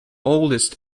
oldest